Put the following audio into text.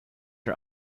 her